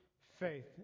faith